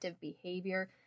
behavior